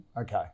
Okay